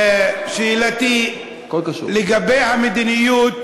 זה היחס